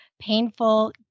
painful